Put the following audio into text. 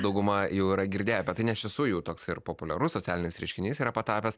dauguma jau yra girdėję apie tai nes iš tiesų jau toks populiarus socialinis reiškinys yra patapęs